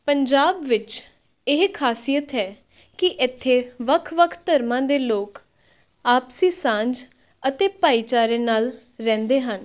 ਪੰਜਾਬ ਵਿੱਚ ਇਹ ਖਾਸੀਅਤ ਹੈ ਕਿ ਇੱਥੇ ਵੱਖ ਵੱਖ ਧਰਮਾਂ ਦੇ ਲੋਕ ਆਪਸੀ ਸਾਂਝ ਅਤੇ ਭਾਈਚਾਰੇ ਨਾਲ ਰਹਿੰਦੇ ਹਨ